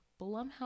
blumhouse